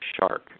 shark